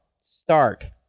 start